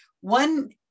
one